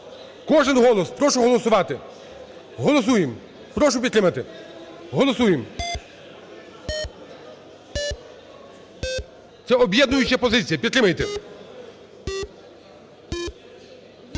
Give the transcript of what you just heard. кожен голос, прошу голосувати, голосуємо. Прошу підтримати, голосуємо. Це об'єднуюча позиція, підтримайте.